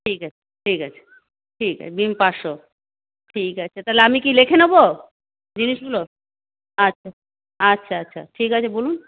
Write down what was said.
ঠিক আছে ঠিক আছে ঠিক আছে ডি পাঁচশো ঠিক আছে তাহলে আমি কি লিখে নেব জিনিসগুলো আচ্ছা আচ্ছা আচ্ছা ঠিক আছে বলুন